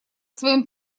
своем